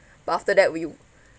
but after that we